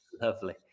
lovely